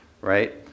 Right